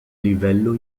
livello